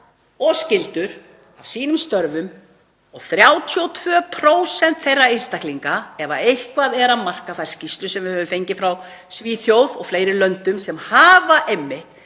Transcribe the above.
og skyldur af sínum störfum. 32% þeirra einstaklinga — ef eitthvað er að marka þær skýrslur sem við höfum fengið frá Svíþjóð og fleiri löndum sem hafa verið